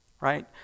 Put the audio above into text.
right